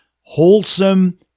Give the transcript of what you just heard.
wholesome